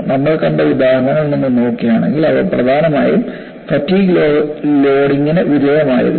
നമ്മൾ കണ്ട ഉദാഹരണങ്ങൾ നിങ്ങൾ നോക്കുകയാണെങ്കിൽ അവ പ്രധാനമായും ഫാറ്റിഗ് ലോഡിംഗിന് വിധേയമായിരുന്നു